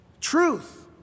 Truth